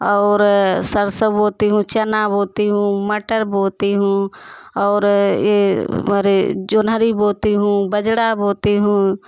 और सरसों बोती हूँ चना बोती हूँ मटर बोती हूँ और ये अरे जोन्हारी बोती हूँ बाजरा बोती हूँ